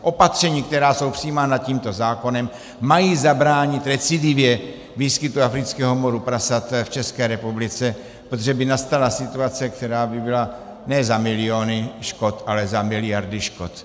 Opatření, která jsou přijímána tímto zákonem, mají zabránit recidivě výskytu afrického moru prasat v České republice, protože by nastala situace, která by byla ne za miliony škod, ale za miliardy škod.